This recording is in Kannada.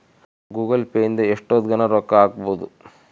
ಗೂಗಲ್ ಪೇ ಇಂದ ಎಷ್ಟೋತ್ತಗನ ರೊಕ್ಕ ಹಕ್ಬೊದು